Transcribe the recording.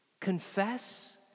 confess